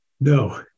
No